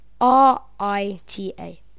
R-I-T-A